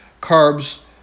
carbs